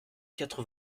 quatre